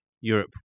Europe